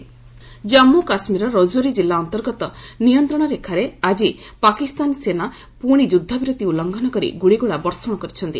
J and K Jammu କାଶ୍ମୀରର ରଜୌରୀ କିଲ୍ଲା ଅନ୍ତର୍ଗତ ନିୟନ୍ତ୍ରଣ ରେଖାରେ ଆଜି ପାକିସ୍ତାନ ସେନା ପୁଣି ଯୁଦ୍ଧବିରତି ଉଲ୍ଲୁଘଂନ କରି ଗୁଳିଗୋଳା ବର୍ଷଣ କରିଛନ୍ତି